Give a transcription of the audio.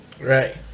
Right